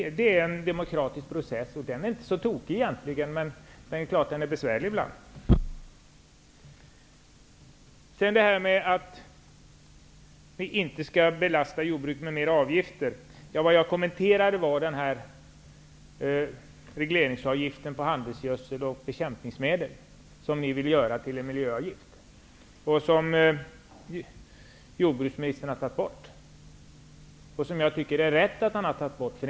Det är en demokratisk process, och den är inte så tokig egentligen. Men det är klart att den är besvärlig ibland. När det gäller detta att vi inte skall belasta jordbruket med fler avgifter, kommenterade jag regleringsavgiften på handelsgödsel och bekämpningsmedel. Den vill ni göra om till en miljöavgift. Den regleringsavgiften har jordbruksministern tagit bort. Jag tycker att det är rätt att han har tagit bort den.